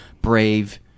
brave